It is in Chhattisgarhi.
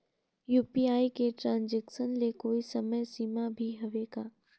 यू.पी.आई के ट्रांजेक्शन ले कोई समय सीमा भी हवे का?